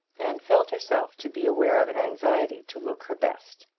and felt herself to be aware of an anxiety to look her best.